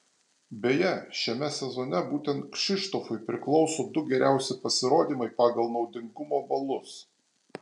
beje šiame sezone būtent kšištofui priklauso du geriausi pasirodymai pagal naudingumo balus